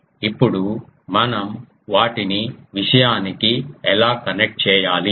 ఇప్పుడు మనం వాటిని విషయానికి ఎలా కనెక్ట్ చేయాలి